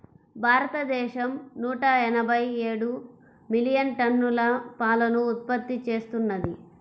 భారతదేశం నూట ఎనభై ఏడు మిలియన్ టన్నుల పాలను ఉత్పత్తి చేస్తున్నది